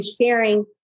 sharing